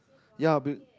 ya but